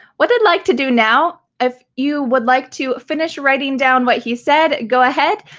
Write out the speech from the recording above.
what i'd like to do now, if you would like to finish writing down what he said go ahead.